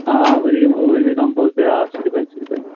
آ ؤرمہِ ؤرمہِ کَمپوز تہِ آ سُہ تہِ بَنہِ سُہ تہِ بَنہِ